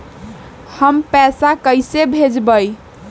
हम पैसा कईसे भेजबई?